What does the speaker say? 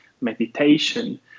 meditation